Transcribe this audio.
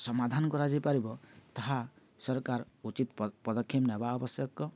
ସମାଧାନ କରାଯାଇପାରିବ ତାହା ସରକାର ଉଚିତ ପଦକ୍ଷେପ ନେବା ଆବଶ୍ୟକ